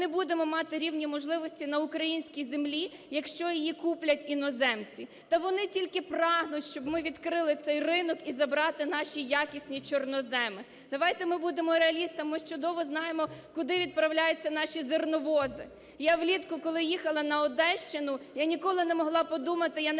Ми не будемо мати рівні можливості на українській землі, якщо її куплять іноземці. Та вони тільки прагнуть, щоб ми відкрили цей ринок і забрати наші якісні чорноземи. Давайте ми будемо реалістами. Ми ж чудово знаємо, куди відправляються наші зерновози. Я влітку, коли їхала на Одещину, я ніколи не могла подумати,